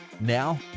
Now